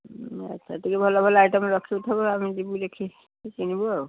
ଆଚ୍ଛା ଟିକେ ଭଲ ଭଲ ଆଇଟମ୍ ରଖିଥିବ ଆମେ ଯିବୁ ଦେଖି କି କିଣିବୁ ଆଉ